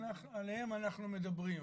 שעליהם אנחנו מדברים היום?